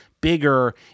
bigger